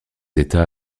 états